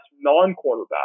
non-quarterback